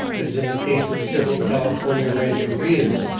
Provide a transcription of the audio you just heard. as in the case of several california rancherias.